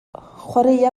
chwaraea